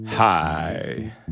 Hi